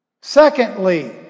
Secondly